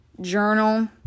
journal